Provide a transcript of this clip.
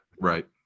right